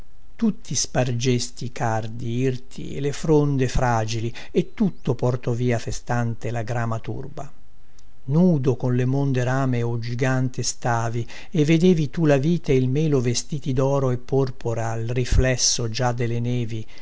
tutti spargesti i cardi irti e le fronde fragili e tutto portò via festante la grama turba nudo con le monde rame o gigante stavi e vedevi tu la vite e il melo vestiti doro e porpora al riflesso già delle nevi